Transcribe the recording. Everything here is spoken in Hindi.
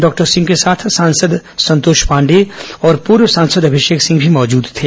डॉक्टर सिंह के साथ सांसद संतोष पांडे और पूर्व सांसद अभिषेक सिंह भी मौजूद थे